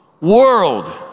world